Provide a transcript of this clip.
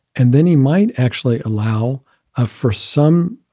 and then he might actually allow ah for some